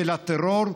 של הטרור,